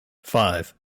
five